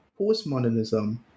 postmodernism